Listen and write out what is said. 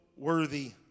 worthy